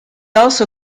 also